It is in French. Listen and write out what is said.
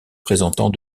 présentant